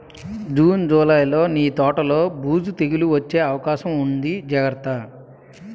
June, జూలైలో నీ తోటలో బూజు, తెగులూ వచ్చే అవకాశముంది జాగ్రత్త